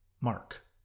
Mark